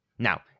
Now